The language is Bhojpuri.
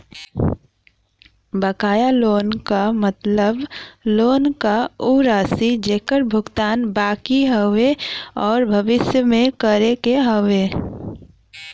बकाया लोन क मतलब लोन क उ राशि जेकर भुगतान बाकि हउवे आउर भविष्य में करे क हउवे